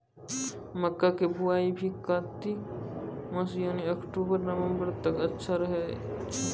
मक्का के बुआई भी कातिक मास यानी अक्टूबर नवंबर तक अच्छा रहय छै